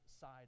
side